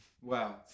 Wow